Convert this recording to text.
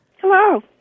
Hello